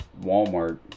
Walmart